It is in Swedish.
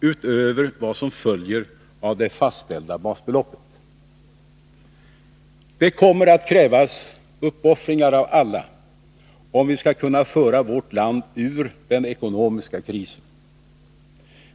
utöver vad som följer av det fastställda basbeloppet. Det kommer att krävas uppoffringar av alla om vi skall kunna föra vårt land ur den ekonomiska krisen.